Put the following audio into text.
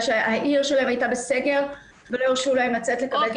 שהעיר שלהם הייתה בסגר ולא הרשו להם לצאת לקבל טיפול רפואי.